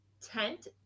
tent